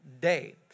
day